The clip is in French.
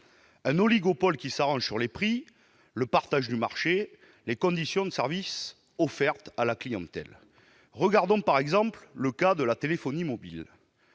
de PME. Il s'arrange sur les prix, le partage du marché et les conditions de service offertes à la clientèle. Examinons, par exemple, le cas de la téléphonie mobile.